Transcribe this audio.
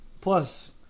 Plus